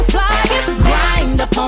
grind up um